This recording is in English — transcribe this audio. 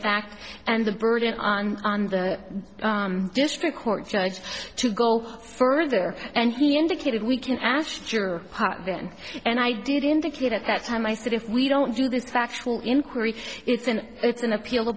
fact and the burden on the district court judge to go further and he indicated we can ask your part then and i did indicate at that time i said if we don't do this factual inquiry it's an it's an appeal